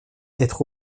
être